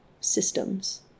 systems